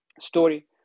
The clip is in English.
story